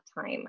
time